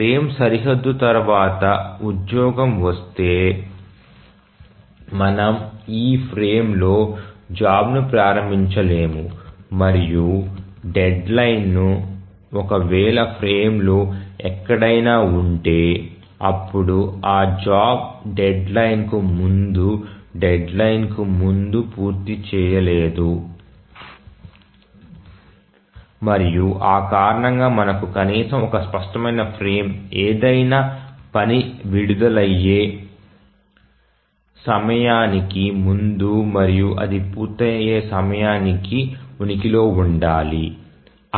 frame సరిహద్దు తర్వాత job వస్తే మనము ఈ ఫ్రేమ్లో జాబ్ ను ప్రారంభించలేము మరియు డెడ్ లైన్ ఒక వేళ ప్రేమ్ లో ఎక్కడైనా ఉంటే అప్పుడు ఆ జాబ్ డెడ్ లైన్ కు ముందు డెడ్లైన్ కు ముందు పూర్తి చేయలేదు మరియు ఆ కారణంగా మనకు కనీసం ఒక స్పష్టమైన ఫ్రేమ్ ఏదైనా పని విడుదలయ్యే సమయానికి ముందు మరియు అది పూర్తయ్యే సమయానికి ఉనికిలో ఉండాలి